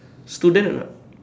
student or not